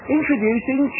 Introducing